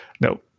No